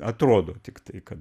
atrodo tik tai kad